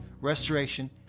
restoration